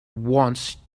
wants